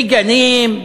מגנים,